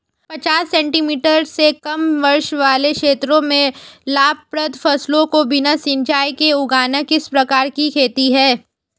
पचास सेंटीमीटर से कम वर्षा वाले क्षेत्रों में लाभप्रद फसलों को बिना सिंचाई के उगाना किस प्रकार की खेती है?